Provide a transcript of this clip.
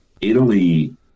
Italy